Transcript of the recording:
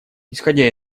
исходя